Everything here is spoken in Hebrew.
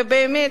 ובאמת,